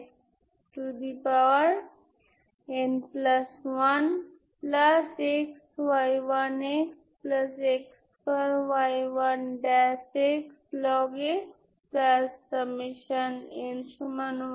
সুতরাং এইগুলি ইগেনভ্যালুস এবং এইগুলি করেস্পন্ডিং ইগেনফাংশন্স হয়